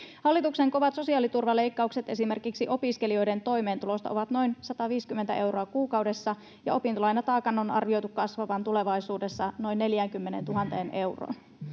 Hallituksen kovat sosiaaliturvaleikkaukset esimerkiksi opiskelijoiden toimeentulosta ovat noin 150 euroa kuukaudessa, ja opintolainataakan on arvioitu kasvavan tulevaisuudessa noin 40 000 euroon.